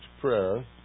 prayer